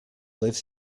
lives